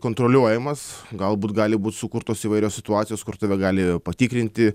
kontroliuojamas galbūt gali būt sukurtos įvairios situacijos kur tave gali patikrinti